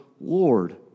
Lord